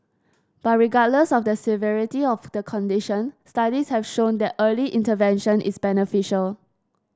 but regardless of the severity of the condition studies have shown that early intervention is beneficial